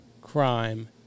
Crime